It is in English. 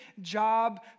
job